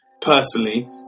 personally